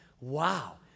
Wow